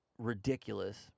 Ridiculous